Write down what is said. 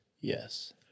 Yes